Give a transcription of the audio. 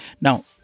Now